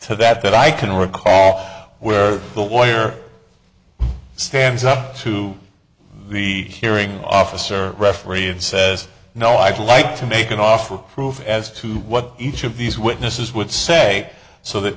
to that that i can recall where the lawyer stands up to the hearing officer referee and says no i'd like to make an offer proof as to what each of these witnesses would say so that